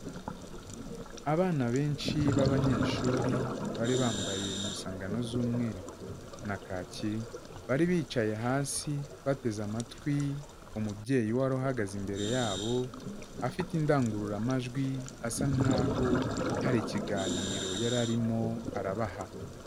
Abana benshi b'abanyeshuri bari bambaye impuzankano z'umweru na kaki, bari bicaye hasi bateze amatwi umubyeyi wari uhagaze imbere yabo, afite indangururamajwi asa nkaho hari ikiganiro yari arimo arabaha.